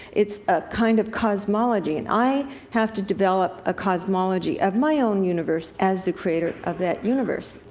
it's a kind of cosmology, and i have to develop a cosmology of my own universe, as the creator of that universe.